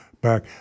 back